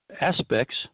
aspects